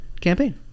campaign